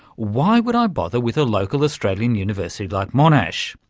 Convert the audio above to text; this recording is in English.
why would i bother with a local australian university like monash?